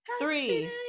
three